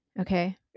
okay